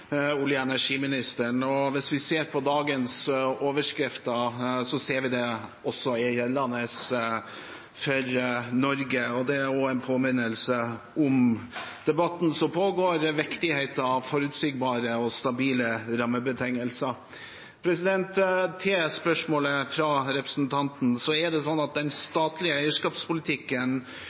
olje- og energiministeren. Hvis vi ser på dagens overskrifter, ser vi at det også gjelder Norge. Det er også en påminnelse om debatten som pågår – viktigheten av forutsigbare og stabile rammebetingelser. Til spørsmålet fra representanten. Det er sånn at den statlige eierskapspolitikken